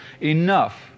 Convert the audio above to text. Enough